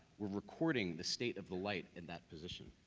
we're recording the state of the light in that position.